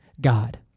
God